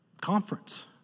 conference